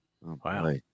Wow